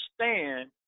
understand